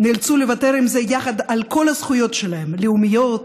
נאלצו לוותר על זה יחד עם כל הזכויות שלהם: לאומיות,